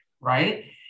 right